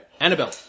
Annabelle